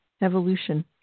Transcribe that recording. Evolution